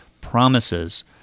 promises